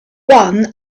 one